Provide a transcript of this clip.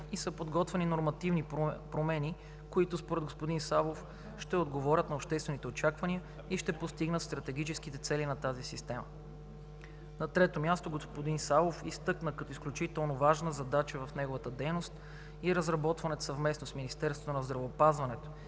и са подготвени нормативни промени, които според господин Савов ще отговорят на обществените очаквания и ще постигнат стратегическите цели на тази система. На трето място, господин Савов изтъкна като изключително важна задача в неговата дейност разработването съвместно с Министерството на здравеопазването